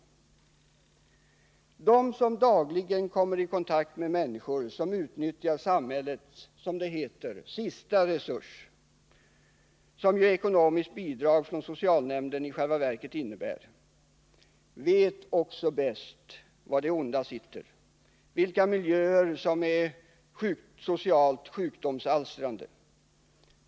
De som dagligen kommer i kontakt med människor som utnyttjar samhällets, som det heter, sista resurs, som ju ekonomiskt bidrag från socialnämnden i själva verket innebär, vet också bäst var det onda sitter, vilka miljöer som är socialt sjukdomsalstrande.